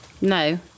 No